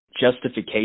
justification